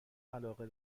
علاقه